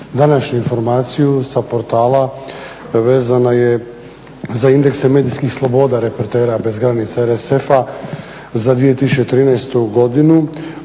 današnju informaciju sa portala. Vezana je za indekse medijskih sloboda reportera bez granica …/Govornik